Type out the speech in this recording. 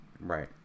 right